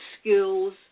skills